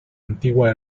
antigua